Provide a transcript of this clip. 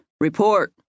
Report